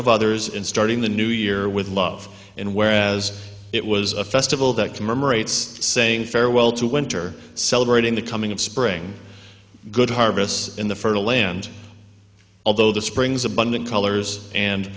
of others in starting the new year with love and whereas it was a festival that commemorates saying farewell to winter celebrating the coming of spring good harvests in the fertile land although the springs abundant colors and